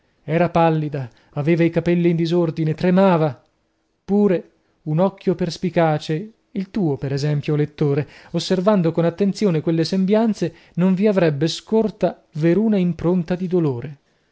era pallida aveva i capelli in disordine tremava pure un occhio perspicace il tuo per esempio o lettore osservando con attenzione quelle sembianze non vi avrebbe scorta veruna impronta di dolore